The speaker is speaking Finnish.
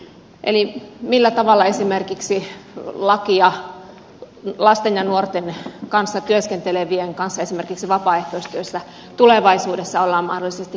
eli millä tavalla lasten ja nuorten kanssa esimerkiksi vapaaehtoistyössä työskenteleviä koskevaa lakia tulevaisuudessa ollaan mahdollisesti kehittämässä